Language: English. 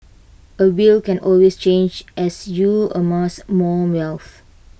A will can always change as you amass more wealth